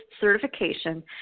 certification